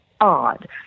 odd